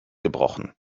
gebrochen